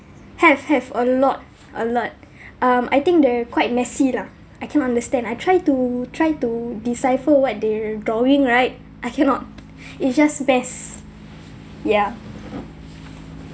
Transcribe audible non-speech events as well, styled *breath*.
have have a lot a lot *breath* um I think they're quite messy lah I cannot understand I try to try to decipher what they're drawing right I cannot *breath* it's just best yeah